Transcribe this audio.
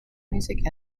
music